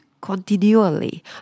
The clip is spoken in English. continually